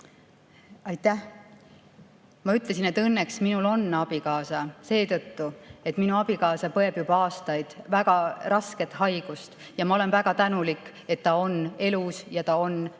Aitäh! Ma ütlesin, et õnneks minul on abikaasa, seetõttu, et minu abikaasa põeb juba aastaid väga rasket haigust ja ma olen väga tänulik, et ta on elus ja ta on minu